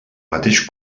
mateix